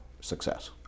success